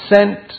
sent